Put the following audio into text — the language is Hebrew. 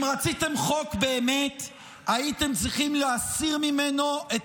אם רציתם חוק באמת הייתם צריכים להסיר ממנו את